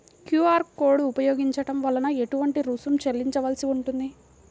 QR code ఉపయోగించటం వలన ఏటువంటి రుసుం చెల్లించవలసి ఉంటుంది?